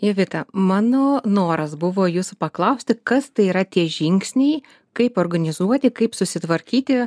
jovita mano noras buvo jūsų paklausti kas tai yra tie žingsniai kaip organizuoti kaip susitvarkyti